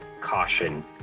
Caution